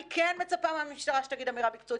אני כן מצפה מהמשטרה שתגיד אמירה מקצועית